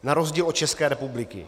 Na rozdíl od České republiky.